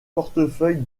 portefeuille